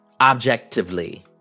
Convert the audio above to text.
objectively